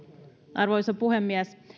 arvoisa puhemies